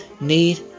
need